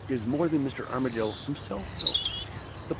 is more than mr. armadale himself knows.